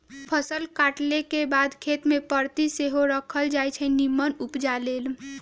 फसल काटलाके बाद खेत कें परति सेहो राखल जाई छै निम्मन उपजा लेल